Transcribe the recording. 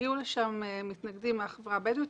הגיעו לשם מתנגדים מהחברה הבדואית,